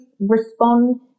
respond